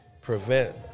prevent